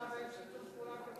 עכשיו יש גם שיתוף פעולה,